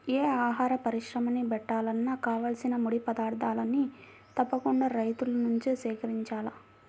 యే ఆహార పరిశ్రమని బెట్టాలన్నా కావాల్సిన ముడి పదార్థాల్ని తప్పకుండా రైతుల నుంచే సేకరించాల